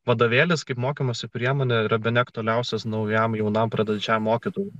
vadovėlis kaip mokymosi priemonė yra bene aktualiausias naujam jaunam pradedančiam mokytojui